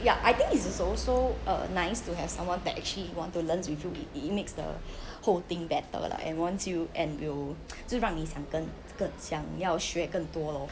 ya I think it is also uh nice to have someone that actually want to learn with you it makes the whole thing better lah and wants you and will 就让你想更想要学更多 lor